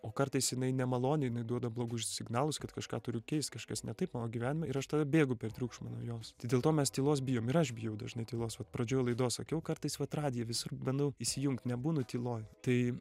o kartais jinai nemaloni jinai duoda blogus signalus kad kažką turiu keist kažkas ne taip mano gyvenime ir aš tada bėgu per triukšmą nuo jos tai dėl to mes tylos bijom ir aš bijau dažnai tylos vat pradžioj laidos sakiau kartais vat radiją visur bandau įsijungt nebūnu tyloj tai